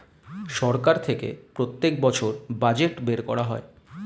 সরকার থেকে প্রত্যেক বছর বাজেট বের করা হয়